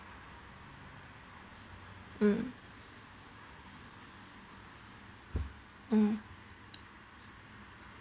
mm mm